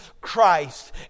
Christ